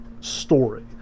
story